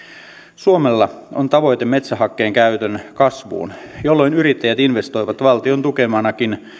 suomella on tavoite metsähakkeen käytön kasvuun jolloin yrittäjät investoivat valtion tukemanakin